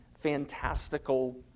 fantastical